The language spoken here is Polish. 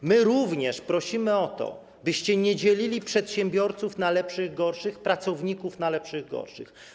Prosimy również o to, byście nie dzielili przedsiębiorców na lepszych i gorszych, pracowników na lepszych i gorszych.